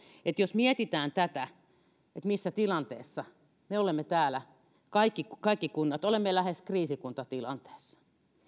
että jos mietitään missä tilanteessa me olemme täällä kaikki kaikki kunnat ovat lähes kriisikuntatilanteessa